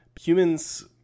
Humans